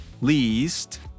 least